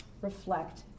reflect